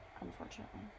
Unfortunately